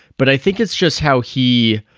but i think it's just how he.